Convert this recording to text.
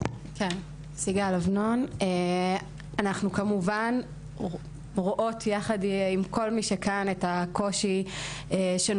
אנחנו כמובן רואות יחד עם כל מי שכאן את הקושי שנוצר.